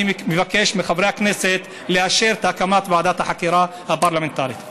אני מבקש מחברי הכנסת לאשר את הקמת ועדת החקירה הפרלמנטרית.